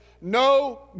no